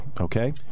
Okay